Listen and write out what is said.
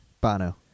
Bono